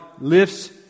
lifts